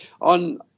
On